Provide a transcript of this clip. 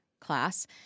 class